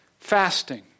fasting